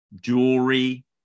jewelry